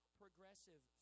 progressive